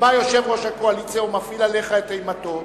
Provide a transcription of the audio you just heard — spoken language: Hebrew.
ובא יושב-ראש הקואליציה ומפעיל עליך את אימתו,